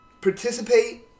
participate